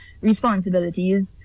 responsibilities